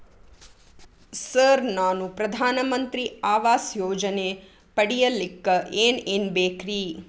Sir ನಾನು ಪ್ರಧಾನ ಮಂತ್ರಿ ಆವಾಸ್ ಯೋಜನೆ ಪಡಿಯಲ್ಲಿಕ್ಕ್ ಏನ್ ಏನ್ ಬೇಕ್ರಿ?